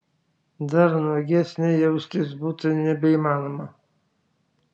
dar nuogesnei jaustis būtų nebeįmanoma